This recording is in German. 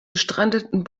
gestrandeten